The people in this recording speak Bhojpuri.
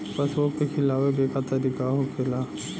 पशुओं के खिलावे के का तरीका होखेला?